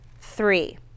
three